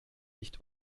nicht